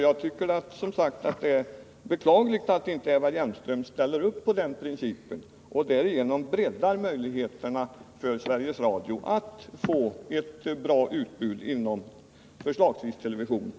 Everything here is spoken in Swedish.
Jag tycker som sagt att det är beklagligt att inte Eva Hjelmström ställer upp bakom den principen och därigenom breddar möjligheterna för Sveriges Radio att få ett bra utbud inom televisionen.